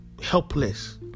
helpless